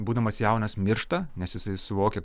būdamas jaunas miršta nes jisai suvokė